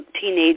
teenage